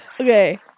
Okay